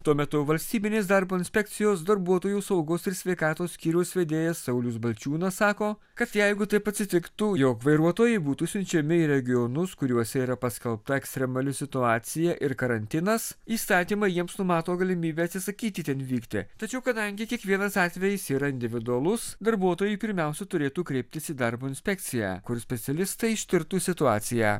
tuo metu valstybinės darbo inspekcijos darbuotojų saugos ir sveikatos skyriaus vedėjas saulius balčiūnas sako kad jeigu taip atsitiktų jog vairuotojai būtų siunčiami į regionus kuriuose yra paskelbta ekstremali situacija ir karantinas įstatymai jiems numato galimybę atsisakyti ten vykti tačiau kadangi kiekvienas atvejis yra individualus darbuotojai pirmiausia turėtų kreiptis į darbo inspekciją kur specialistai ištirtų situaciją